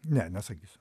ne nesakysiu